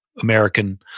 American